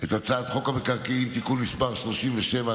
את הצעת חוק המקרקעין (תיקון מס' 37),